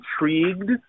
intrigued